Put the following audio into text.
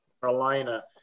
Carolina